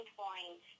point